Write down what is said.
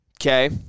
Okay